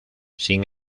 sin